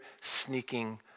sneaking